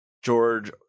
George